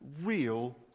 real